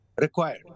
required